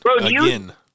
again